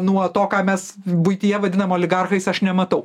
nuo to ką mes buityje vadinam oligarchais aš nematau